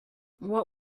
what